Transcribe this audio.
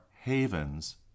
havens